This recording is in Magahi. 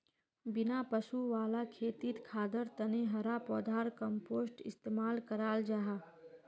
बिना पशु वाला खेतित खादर तने हरा पौधार कम्पोस्ट इस्तेमाल कराल जाहा